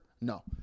No